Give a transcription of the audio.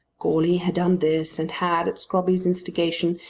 goarly had done this and had, at scrobby's instigation,